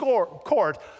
Court